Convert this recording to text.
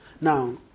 Now